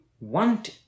want